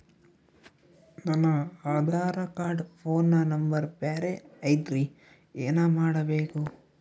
ನನ Aadhaar card phone number ಬ್ಯಾರೆ ಐತ್ರಿ ಏನ ಮಾಡಬೇಕು?